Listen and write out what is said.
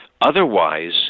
Otherwise